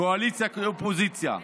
קואליציה כאופוזיציה,